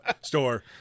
store